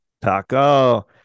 Taco